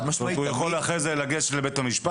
הוא יכול לגשת לבית המשפט.